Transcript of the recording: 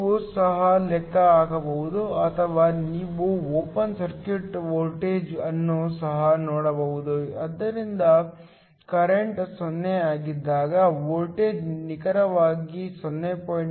ನೀವು ಸಹ ಲೆಕ್ಕ ಹಾಕಬಹುದು ಅಥವಾ ನೀವು ಓಪನ್ ಸರ್ಕ್ಯೂಟ್ ವೋಲ್ಟೇಜ್ ಅನ್ನು ಸಹ ನೋಡಬಹುದು ಇದರಿಂದ ಕರೆಂಟ್ 0 ಆಗಿದ್ದಾಗ ವೋಲ್ಟೇಜ್ ನಿಖರವಾಗಿ 0